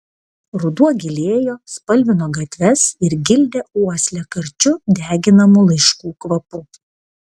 ruduo gilėjo spalvino gatves ir gildė uoslę karčiu deginamų laiškų kvapu